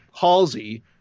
Halsey